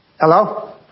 Hello